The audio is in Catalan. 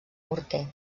morter